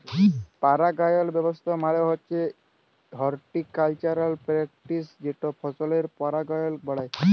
পারাগায়ল ব্যাবস্থা মালে হছে হরটিকালচারাল প্যারেকটিস যেট ফসলের পারাগায়ল বাড়ায়